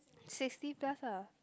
sixty plus ah